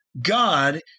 God